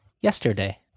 yesterday